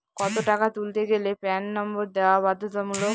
কত টাকা তুলতে গেলে প্যান নম্বর দেওয়া বাধ্যতামূলক?